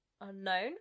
unknown